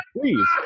please